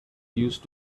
used